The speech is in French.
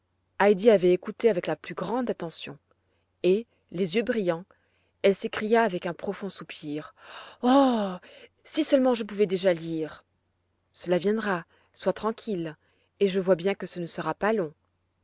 heidi avait écouté avec la plus grande attention et les yeux brillants elle s'écria avec un profond soupir oh si seulement je pouvais déjà lire cela viendra sois tranquille et je vois bien que ce ne sera pas long